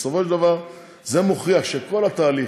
בסופו של דבר זה מוכיח שכל התהליך,